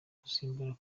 gusimbura